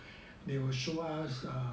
they will show us ah